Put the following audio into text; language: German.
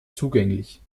zugänglich